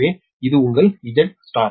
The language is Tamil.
எனவே இது உங்கள் Z